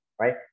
right